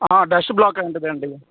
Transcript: dust block అయ్యి ఉంటుందండి